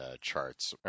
charts